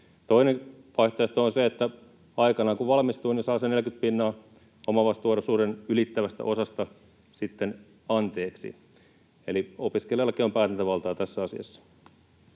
Toinen vaihtoehto on se, että aikanaan, sitten kun valmistuu, saa 40 pinnaa omavastuuosuuden ylittävästä osasta anteeksi. Eli opiskelijallakin on päätäntävaltaa tässä asiassa.